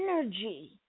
energy